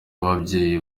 ababyeyi